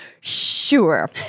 Sure